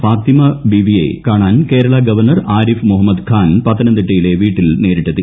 ഫാത്തിമ ബീവിയെ കാണാൻ കേരള ഗവർണർ ആരിഫ് മുഹമ്മദ് ഖാൻ പത്തനംതിട്ടയിലെ വീട്ടിൽ നേരിട്ടെത്തി